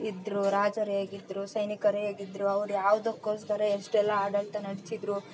ಇದ್ದರು ರಾಜರ ಹೇಗಿದ್ದರು ಸೈನಿಕರು ಹೇಗಿದ್ದರು ಅವ್ರು ಯಾವುದಕ್ಕೋಸ್ಕರ ಎಷ್ಟೆಲ್ಲಾ ಆಡಳಿತ ನಡ್ಸಿದ್ದರು